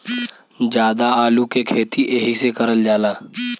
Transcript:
जादा आलू के खेती एहि से करल जाला